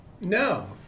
No